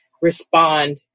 Respond